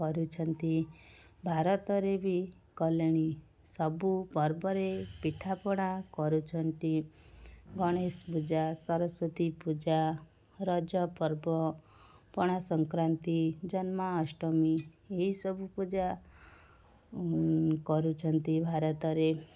କରୁଛନ୍ତି ଭାରତରେ ବି କଲେଣି ସବୁପର୍ବରେ ପିଠାପଣା କରୁଛନ୍ତି ଗଣେଶପୂଜା ସରସ୍ୱତୀପୂଜା ରଜପର୍ବ ପଣାସଂକ୍ରାନ୍ତି ଜନ୍ମାଷ୍ଟମୀ ଏହିସବୁ ପୂଜା କରୁଛନ୍ତି ଭାରତରେ